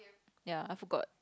ya I forgot